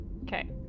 okay